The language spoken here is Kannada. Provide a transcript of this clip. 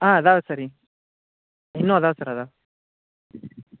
ಹಾಂ ಇದಾವೆ ಸರ್ ಇ ಇನ್ನು ಇದಾವೆ ಸರ್ ಇದಾವೆ